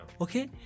Okay